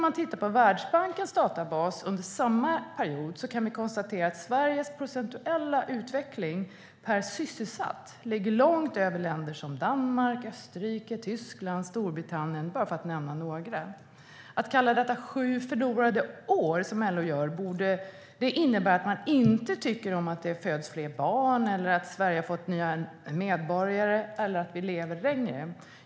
Men enligt Världsbankens databas för samma period låg Sveriges procentuella utveckling per sysselsatt långt över Danmarks, Österrikes, Tysklands, Storbritanniens med fleras. Att då som LO kalla det sju förlorade år borde innebära att LO inte tycker om att det föds fler barn, att Sverige har fått nya medborgare och att vi lever längre.